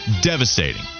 devastating